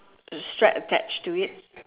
strap attached to it